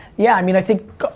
yeah, i mean i think,